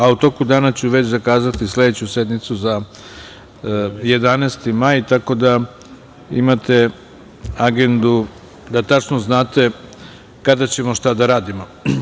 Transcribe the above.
A u toku dana ću već zakazati sledeću sednicu za 11. maj, tako da imate agendu, da tačno znate kada ćemo šta da radimo.